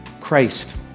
Christ